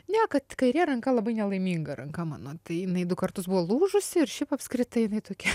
ne kad kairė ranka labai nelaiminga ranka mano tai jinai du kartus buvo lūžusi ir šiaip apskritai jinai tokia